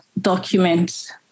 documents